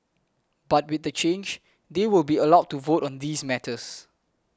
but with the change they will be allowed to vote on these matters